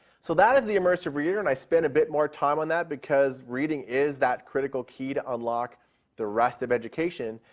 so that is the immersive reader, and i spent a bit more time on that because reading is that critical key to unlock the rest of education,